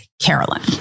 Carolyn